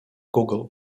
google